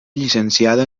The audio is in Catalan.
llicenciada